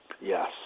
Yes